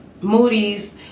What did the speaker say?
moody's